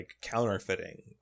counterfeiting